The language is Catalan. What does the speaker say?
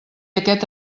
aquest